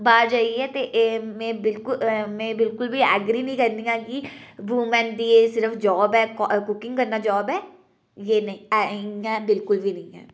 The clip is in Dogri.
बाह्र जाइयै ते में एह् बिलकुल में एह् बिल्कुल बी एग्री निं करनी आं की वूमेन दी एह् सिर्फ जॉब ऐ कुकिंग करना जॉब ऐ जे नेईं इ'यां बिलकुल बी निं ऐ